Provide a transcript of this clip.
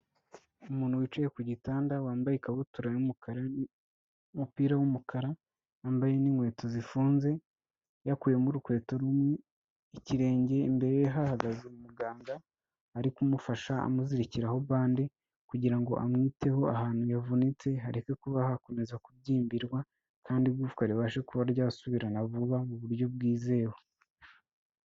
Umuntu wicaye ku gitanda wambaye ikabutura y'umukara n'umupira w'umukara yambaye n'inkweto zifunze, yakuyemo urukweto rumwe ikirenge imbere ye hahagaze umuganga ari kumufasha amuzirikiraho bande kugira ngo amwiteho ahantu yavunitse hareke kuba hakomeza kubyimbirwa kandi igufa ribashe kuba ryasubirana vuba mu buryo bwizewe.